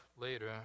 later